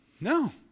No